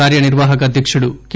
కార్యనిర్వాహక అధ్యక్షుడు కె